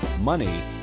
money